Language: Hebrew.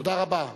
תודה רבה.